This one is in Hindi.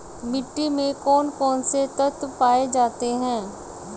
मिट्टी में कौन कौन से तत्व पाए जाते हैं?